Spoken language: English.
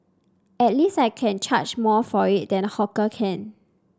at least I can charge more for it than hawker can